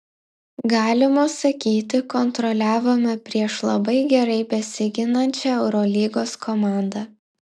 galima sakyti kontroliavome prieš labai gerai besiginančią eurolygos komandą